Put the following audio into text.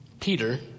Peter